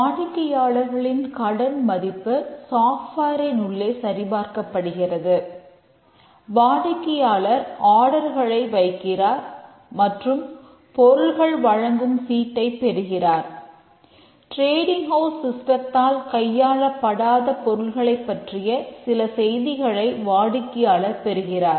வாடிக்கையாளர்களின் கடன் மதிப்பு சாப்ட்வேரினுள்ளே கையாளப்படாத பொருட்களைப் பற்றிய சில செய்திகளை வாடிக்கையாளர் பெறுகிறார்